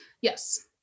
Yes